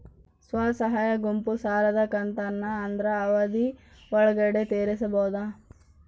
ಸ್ವಸಹಾಯ ಗುಂಪು ಸಾಲದ ಕಂತನ್ನ ಆದ್ರ ಅವಧಿ ಒಳ್ಗಡೆ ತೇರಿಸಬೋದ?